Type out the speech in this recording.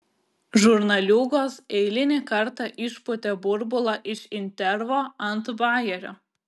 žurnaliūgos eilinį kartą išpūtė burbulą iš intervo ant bajerio